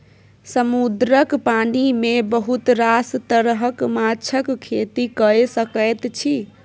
समुद्रक पानि मे बहुत रास तरहक माछक खेती कए सकैत छी